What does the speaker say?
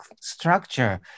structure